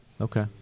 okay